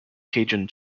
cajun